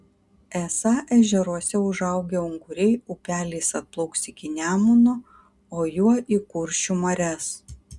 esą ežeruose užaugę unguriai upeliais atplauks iki nemuno o juo į kuršių marias